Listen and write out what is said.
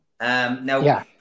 Now